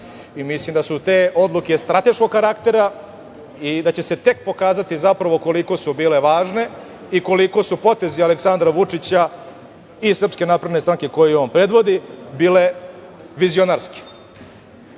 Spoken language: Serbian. Mislim da su te odluke strateškog karaktera i da će se tek pokazati zapravo koliko su bile važne i koliko su potezi Aleksandra Vučića i SNS koju on predvodi bile vizionarske. Bitno